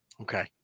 Okay